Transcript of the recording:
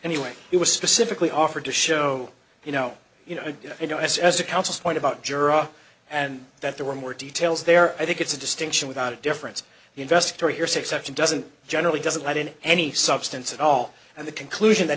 anyway it was specifically offered to show you know you know you know as as a council point about jura and that there were more details there i think it's a distinction without a difference the investor hearsay exception doesn't generally doesn't lead in any substance at all and the conclusion that